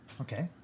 Okay